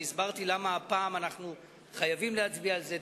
אני הסברתי למה הפעם אנחנו חייבים להצביע על זה.